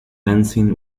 dancing